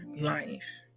life